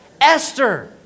Esther